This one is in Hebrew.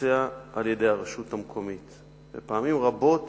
שמתבצע על-ידי הרשות המקומית, ופעמים רבות